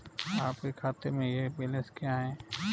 आपके खाते में यह बैलेंस है क्या?